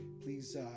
please